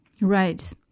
Right